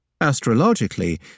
Astrologically